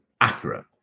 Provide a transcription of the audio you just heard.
accurate